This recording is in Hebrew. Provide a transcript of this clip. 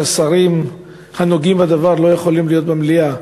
שהשרים הנוגעים בדבר לא יכולים להיות במליאה.